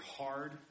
hard